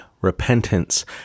repentance